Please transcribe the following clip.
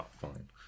Fine